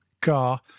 car